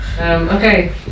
Okay